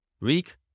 week